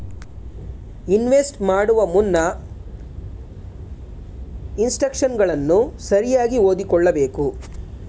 invest ಮಾಡುವ ಮುನ್ನ ಇನ್ಸ್ಟ್ರಕ್ಷನ್ಗಳನ್ನು ಸರಿಯಾಗಿ ಓದಿಕೊಳ್ಳಬೇಕು